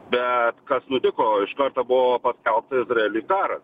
bet kas nutiko iš karto buvo paskelbta izraeliui karas